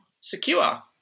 Secure